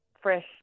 fresh